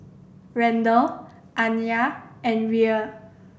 Randel Anaya and Rhea